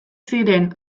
ziren